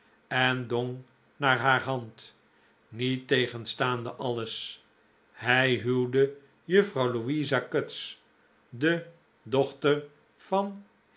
en dong naar haar hand niettegenstaande alles hij huwde juffrouw louisa cutts de dochter van